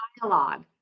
dialogue